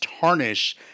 tarnish